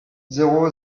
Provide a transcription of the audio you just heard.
zéro